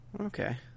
Okay